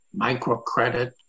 microcredit